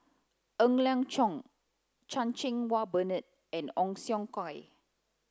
Ng Liang Chiang Chan Cheng Wah Bernard and Ong Siong Kai